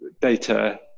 data